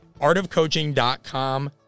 Artofcoaching.com